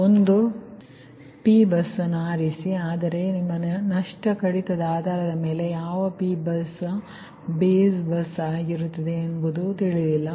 ಒಂದು P bus ಅನ್ನು ಆರಿಸಿ ಆದರೆ ನಿಮ್ಮ ನಷ್ಟ ಕಡಿತದ ಆಧಾರದ ಮೇಲೆ ಯಾವ P ಬಸ್ ಬೇಸ್ ಬಸ್ ಆಗಿರುತ್ತದೆ ಎಂಬುದು ನಿಮಗೆ ತಿಳಿದಿಲ್ಲ